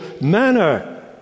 manner